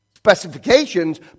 specifications